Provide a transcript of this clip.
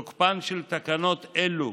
תוקפן של תקנות אלו